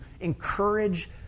encourage